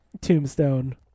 Tombstone